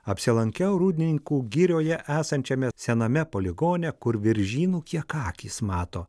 apsilankiau rūdninkų girioje esančiame sename poligone kur viržynų kiek akys mato